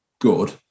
good